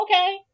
Okay